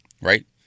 right